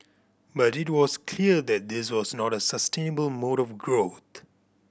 but it was clear that this was not a sustainable mode of growth